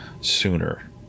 sooner